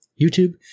YouTube